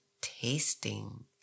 tasting